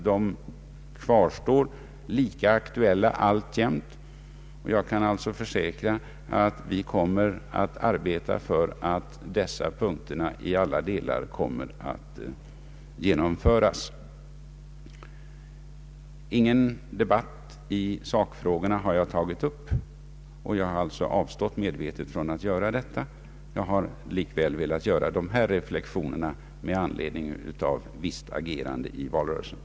De kvarstår alltjämt aktuella, och jag kan alltså försäkra att vi kommer att arbeta för att dessa punkter i alla delar genomförs. Någon debatt i sakfrågorna har jag inte tagit upp, och jag har medvetet avstått från att göra detta. Jag har likväl velat göra dessa reflexioner med anledning av visst agerande i valrörelsen.